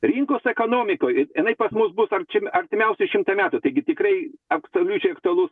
rinkos ekonomikoj jinai pas mus bus ar čim artimiausių šimtą metų taigi tikrai absoliučiai aktualus